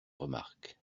remarques